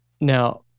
now